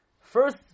First